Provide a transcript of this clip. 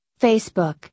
Facebook